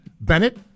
Bennett